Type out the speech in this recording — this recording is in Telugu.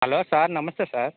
హలో సార్ నమస్తే సార్